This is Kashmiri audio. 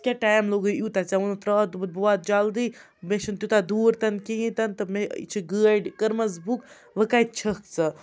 ژ کیٛاہ ٹایم لوٚگُے یوٗتاہ ژےٚ ووٚن رٛاتھ دوٚپتھ بہٕ واتہٕ جلدی مےٚ چھُنہٕ تیوٗتاہ دوٗر تہٕ کِہیٖنۍ تِنہٕ تہٕ مےٚ یہِ چھِ گٲڑۍ کٔرمٕژ بُک وٕ کَتہِ چھَکھ ژٕ